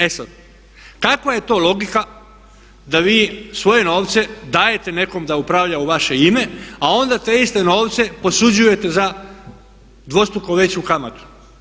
E sad, kakva je to logika da vi svoje novce dajete nekom da upravlja u vaše ime a onda te iste novce posuđujete za dvostruko veću kamatu.